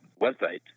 website